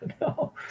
no